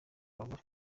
abagore